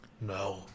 No